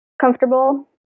comfortable